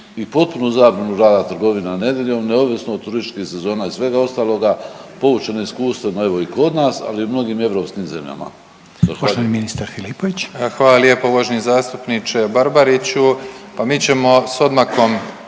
i potpunu zabranu rada trgovina nedeljom neovisno o turističkih sezona i svega ostaloga poučeni iskustvima evo i kod nas, ali i u mnogim europskim zemljama?